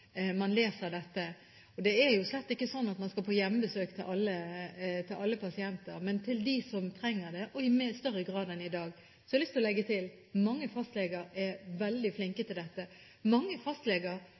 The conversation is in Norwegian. man leser dette. Det er slett ikke sånn at man skal på hjemmebesøk til alle pasienter, men til dem som trenger det, og i større grad enn i dag. Så har jeg lyst til å legge til: Mange fastleger er veldig